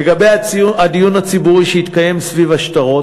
לגבי הדיון הציבורי שהתקיים סביב השטרות,